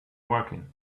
working